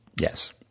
Yes